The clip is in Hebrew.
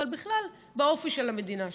אבל בכלל באופי של המדינה שלנו.